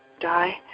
die